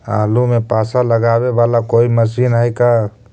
आलू मे पासा लगाबे बाला कोइ मशीन है का?